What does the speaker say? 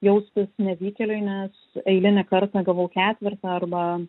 jaustis nevykėliui nes eilinį kartą gavau ketvertą arba